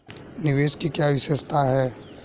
निवेश की क्या विशेषता है?